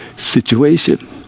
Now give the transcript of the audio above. situation